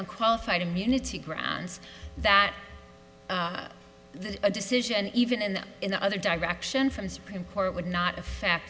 and qualified immunity grounds that a decision even in the in the other direction from the supreme court would not affect